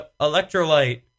Electrolyte